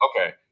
Okay